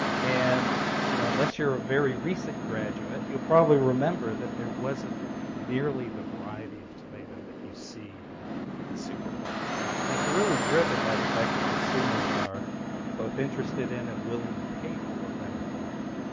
and you know unless you're a very recent graduate, you'll probably remember that there wasn't nearly the variety of tomato that you see in and the supermarket now. and that's really driven by the fact that consumers are both interested in and willing to pay for better quality.